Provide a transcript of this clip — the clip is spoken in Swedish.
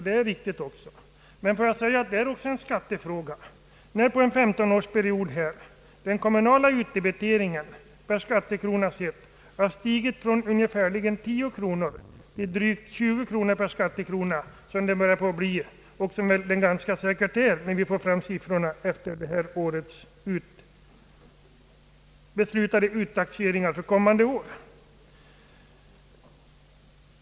Det är dock också en skattefråga när den kommunala utdebiteringen per skattekrona under en 15-årsperiod har stigit från ungefär 10 kronor till närmare 20 kronor, vilket säkerligen blir fallet när vi får fram siffrorna efter de i år beslutade uttaxeringarna för kommande år.